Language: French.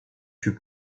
fut